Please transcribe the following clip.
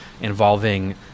involving